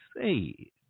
say